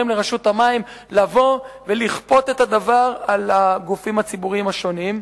לבוא ולכפות את הדבר על הגופים הציבוריים השונים.